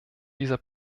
dieser